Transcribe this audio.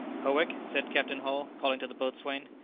howick, said captain hull, calling to the boatswain,